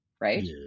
right